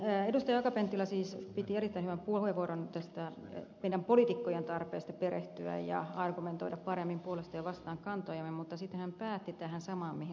akaan penttilä siis piti erittäin hyvän puheenvuoron tästä meidän poliitikkojen tarpeesta perehtyä ja argumentoida paremmin puolesta ja vastaan kantojamme mutta sitten hän päätti tähän samaan mihin ed